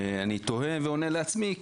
אני תוהה ועונה לעצמי,